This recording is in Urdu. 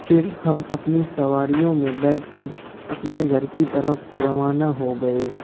پھر ہم اپنی سواریوں میں بیٹھ کر اپنے گھر کی طرف روانہ ہو گئے